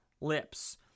lips